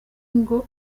ngo